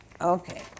Okay